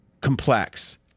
complex